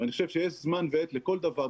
ואני חושב שיש זמן ועת לכל דבר,